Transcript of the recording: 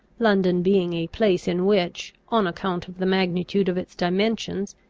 london being a place in which, on account of the magnitude of its dimensions,